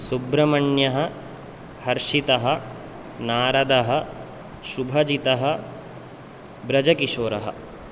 सुब्रमण्यः हर्षितः नारदः शुभजितः ब्रजकिशोरः